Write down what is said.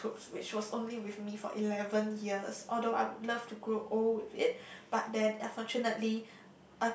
Tuktuk which was only for me for eleven years although I would love to grow old with it but then unfortunately